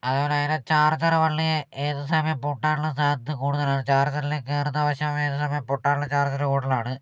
അതുപോലെ അതിന്റെ ചാർജർ വള്ളി ഏതു സമയവും പൊട്ടാനുള്ള സാധ്യത കൂടുതലാണ് ചാർജറിൽ കയറുന്ന പക്ഷം ഏത് സമയവും പൊട്ടാനുള്ള ചാർജറ് കൂടുതലാണ്